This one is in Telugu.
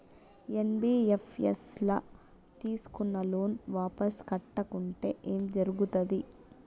ఎన్.బి.ఎఫ్.ఎస్ ల తీస్కున్న లోన్ వాపస్ కట్టకుంటే ఏం జర్గుతది?